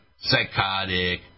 psychotic